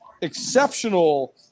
exceptional